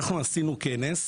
אנחנו עשינו כנס,